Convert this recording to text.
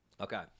Okay